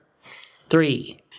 three